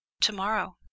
to-morrow